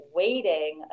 waiting